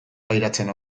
pairatzen